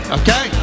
okay